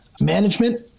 management